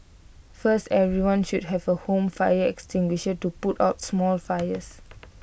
first everyone should have A home fire extinguisher to put out small fires